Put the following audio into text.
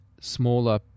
smaller